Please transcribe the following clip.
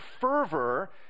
fervor